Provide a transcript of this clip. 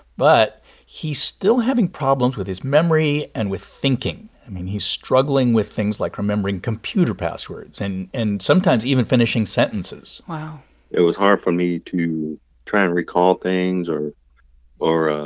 but he's still having problems with his memory and with thinking. i mean, he's struggling with things like remembering computer passwords and and sometimes even finishing sentences wow it was hard for me to try and recall things or or ah